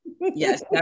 yes